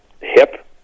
hip